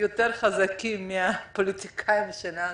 יותר חזקים מהפוליטיקאים שלנו,